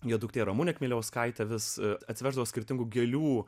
jo duktė ramunė kmieliauskaitė vis atveždavo skirtingų gėlių